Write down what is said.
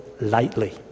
lightly